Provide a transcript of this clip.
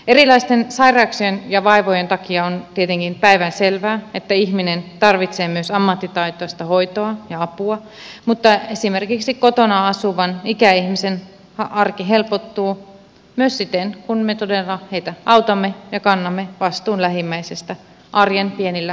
erilaisten sairauksien ja vaivojen takia on tietenkin päivänselvää että ihminen tarvitsee myös ammattitaitoista hoitoa ja apua mutta esimerkiksi kotona asuvan ikäihmisen arki helpottuu myös siten että me todella heitä autamme ja kannamme vastuun lähimmäisistä arjen pienillä teoilla